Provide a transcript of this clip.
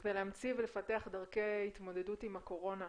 בכדי להמציא ולפתח דרכי התמודדות עם הקורונה.